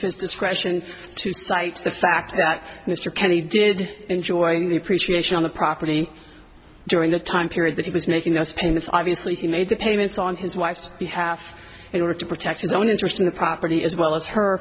his discretion to cite the fact that mr kenny did enjoy the appreciation on the property during the time period that he was making those payments obviously he made payments on his wife's behalf in order to protect his own interest in the property as well as her